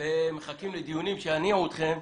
ומחכים לדיונים שיניעו אתכם,